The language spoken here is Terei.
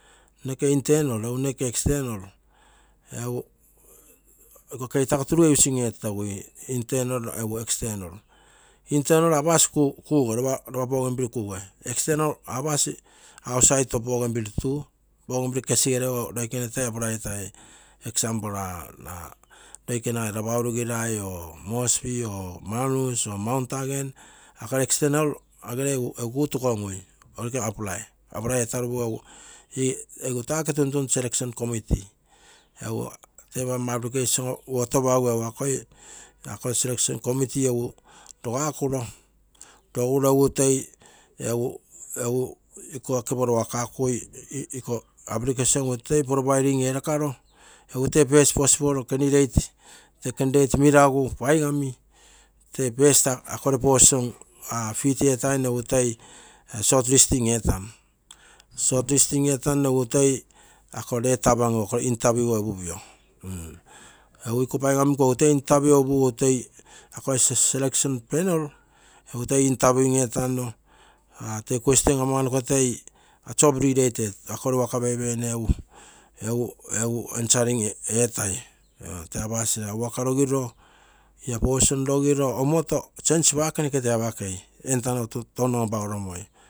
Noke internal noke external, iko keitako turuge using etagui ako internal apal kuuge iopa bougainville kuuge. External apasi outside olo bougainville tu. Kesigerego ioikene toi apply etai. eg: ioikene rabaul girai or moresby or manus mt. Hagen, ako external ageve egu kuu tukoromoi egu apply etagu egu taa oke tuntuntu selection commity. Tee paigomma application uotopagu egu akoi selection commity egu rogakuro egu toi iko application egu toi profiling erakaro egu tee first possible candidate tee candidate meragu paigamittee first akogere possition fit etaine egu toi short listing etam. Short listing etanno egu toi ako letter apagom, ako interview rogupio. egu iko paigami egu toi interview ee upugu egu toi akoi selection panel egu toi interview etamno tee question amano ko toi job relate akogere waka peipeine egu answering etaio tee apasi. Ro ia waka rogiro change pake npoke toi apakei entano ton apagoromoi